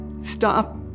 stop